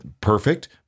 perfect